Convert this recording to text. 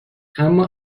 اما